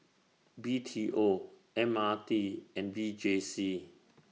B T O M R T and V J C